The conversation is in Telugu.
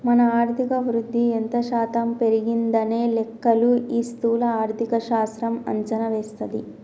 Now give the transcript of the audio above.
మన ఆర్థిక వృద్ధి ఎంత శాతం పెరిగిందనే లెక్కలు ఈ స్థూల ఆర్థిక శాస్త్రం అంచనా వేస్తది